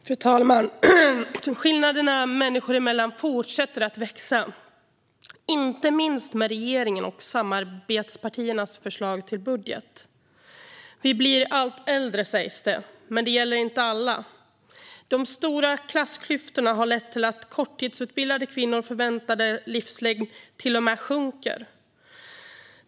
Fru talman! Skillnaderna människor emellan fortsätter att växa, inte minst med regeringens och samarbetspartiernas förslag till budget. Vi blir allt äldre, sägs det, men det gäller inte alla. De stora klassklyftorna har lett till att korttidsutbildade kvinnors förväntade livslängd till och med sjunker.